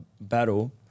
battle